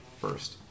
first